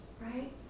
right